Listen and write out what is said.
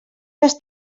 les